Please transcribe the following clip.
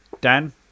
Dan